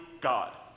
God